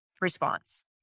response